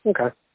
Okay